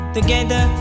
Together